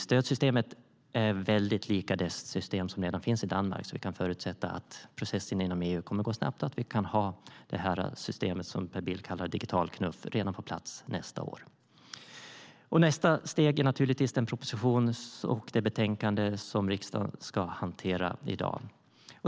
Stödsystemet är väldigt likt det system som redan finns i Danmark. Vi kan förutsätta att processen inom EU kommer att gå snabbt och att vi kan ha det system som Per Bill kallar digital knuff på plats redan nästa år. Nästa steg är den proposition och det betänkande som riksdagen ska hantera i dag.